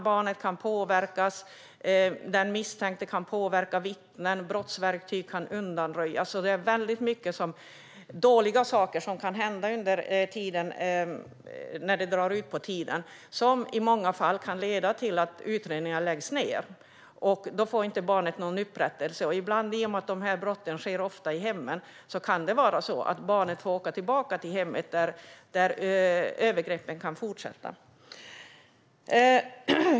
Barnet kan påverkas. Den misstänkte kan påverka vittnen. Brottsverktyg kan undanröjas. Dåliga saker kan hända när det drar ut på tiden, vilket i många fall kan leda till att utredningar läggs ned. Då får inte barnet någon upprättelse. Brotten sker ofta i hemmen. Ibland kan barnet få åka tillbaka till hemmet, där övergreppen kan fortsätta.